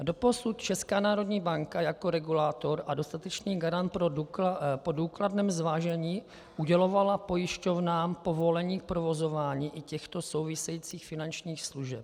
Doposud Česká národní banka jako regulátor a dostatečný garant po důkladném zvážení udělovala pojišťovnám povolení k provozování i těchto souvisejících finančních služeb.